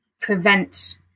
prevent